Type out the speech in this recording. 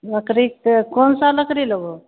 लकड़ीके तऽ कोन सा लकड़ी लेबहो